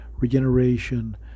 regeneration